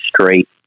straight